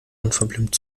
unverblümt